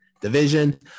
division